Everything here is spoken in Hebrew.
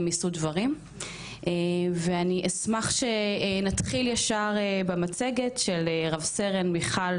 יישאו דברים ואני אשמח שנתחיל ישר במצגת של רב סרן מיכל